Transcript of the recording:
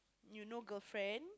you no girlfriend